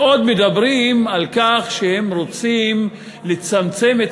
ועוד מדברים על כך שהם רוצים לצמצם את